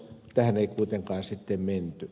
tähän ei kuitenkaan sitten menty